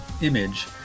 Image